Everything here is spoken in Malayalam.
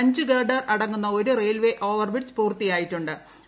അഞ്ച് ഗർഡർ അടങ്ങുന്ന ഒരു റയിൽവേ ഓവർബ്രിഡ്ജ് പൂർത്തിയായിട്ടു്